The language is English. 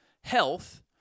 health